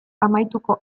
amaituko